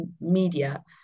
media